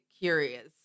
curious